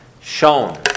shown